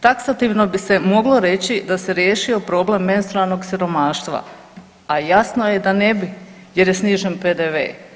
Taksativno bi se moglo reći da se riješio problem menstrualnog siromaštva, a jasno je da ne bi jer je snižen PDV.